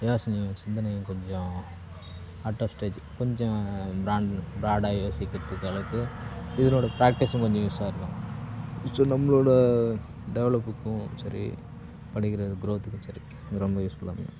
யோசனையும் சிந்தனையும் கொஞ்சம் ஆட்டோஸ்டேஜி கொஞ்சம் பிராண்ட் ப்ராடாக யோசிக்கிறதுக்கு அளவுக்கு இதனோடய பிராக்டீஸும் கொஞ்சம் யூஸ்ஸா இருக்கும் ஸோ நம்மளோடய டெவலப்புக்கும் சரி படிக்கிற க்ரோத்துக்கும் சரி இது ரொம்ப யூஸ் ஃபுல்லாக அமையும்